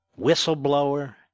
whistleblower